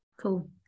cool